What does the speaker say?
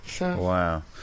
Wow